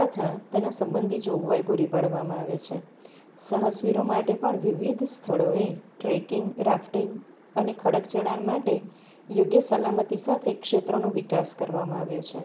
તથા તેના સંબંધિત જોગવાઈ પૂરી પાડવામાં આવે છે સહાસવીરો માટે પણ વિવિધ સ્થળોએ ટ્રેકિંગ રાફ્ટિંગ અને ખડક ચઢાણ માટે યોગ્ય સલામતી સાથે ક્ષેત્રોનો વિકાસ કરવામાં આવ્યો છે